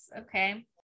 okay